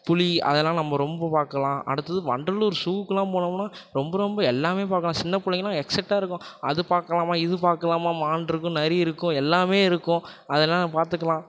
புலி அதெல்லாம் நம்ம ரொம்ப பார்க்கலாம் அடுத்தது வண்டலூர் ஸூக்குலாம் போனோமுன்னா ரொம்ப ரொம்ப எல்லாமே பார்க்கலாம் சின்ன பிள்ளைங்களாம் எக்ஸட்டாக இருக்கும் அது பார்க்கலாமா இது பார்க்கலாமா மான் இருக்கும் நரி இருக்கும் எல்லாமே இருக்கும் அதெல்லாம் பார்த்துக்கலாம்